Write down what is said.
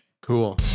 cool